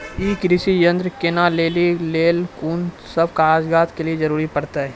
ई कृषि यंत्र किनै लेली लेल कून सब कागजात के जरूरी परतै?